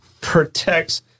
protects